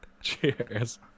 Cheers